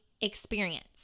experience